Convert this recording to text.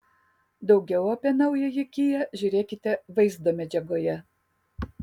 daugiau apie naująjį kia žiūrėkite vaizdo medžiagoje